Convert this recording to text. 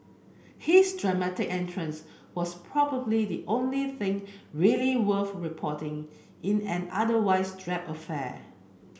his dramatic entrance was probably the only thing really worth reporting in an otherwise drab affair